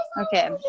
Okay